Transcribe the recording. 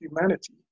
humanity